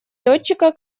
летчика